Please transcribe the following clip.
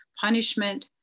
Punishment